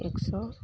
एक सओ